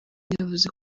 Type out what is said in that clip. yavuze